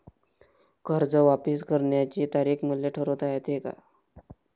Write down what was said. कर्ज वापिस करण्याची तारीख मले ठरवता येते का?